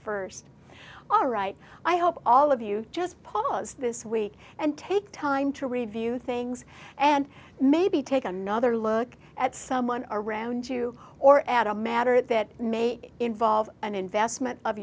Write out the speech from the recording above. first all right i hope all of you just pause this week and take time to review things and maybe take another look at someone around you or at a matter that may involve an investment of